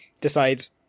decides